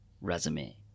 resume